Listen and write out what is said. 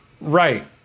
right